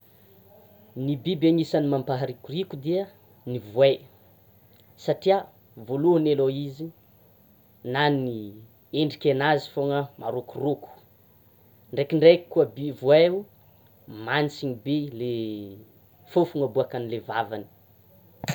Ny biby anisan'ny mampaharikoriko dia ny voay, satria voalohany aloha izy na ny endrika anazy foana marôkoroko, ndrekindreky koa ny voaio mantsina be le fôfona aboakan'ilay vavany.